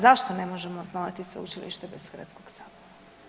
Zašto ne možemo osnovati sveučilište bez Hrvatskog sabora?